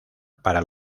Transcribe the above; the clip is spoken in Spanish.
para